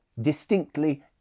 distinctly